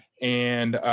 and